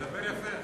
מדבר יפה.